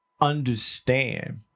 understand